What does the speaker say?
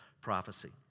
prophecy